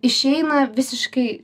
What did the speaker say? išeina visiškai